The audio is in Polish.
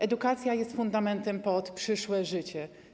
Edukacja jest fundamentem pod przyszłe życie.